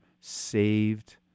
saved